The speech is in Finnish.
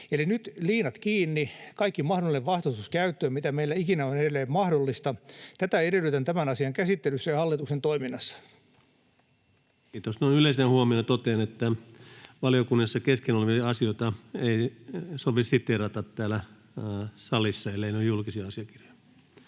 Eli nyt liinat kiinni, kaikki mahdollinen vastustus käyttöön, mikä meillä ikinä on edelleen mahdollista. Tätä edellytän tämän asian käsittelyssä ja hallituksen toiminnassa. Kiitos. — Noin yleisenä huomiona totean, että valiokunnassa kesken olevia asioita ei sovi siteerata täällä salissa, elleivät ne ole julkisia asiakirjoja.